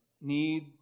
need